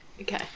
Okay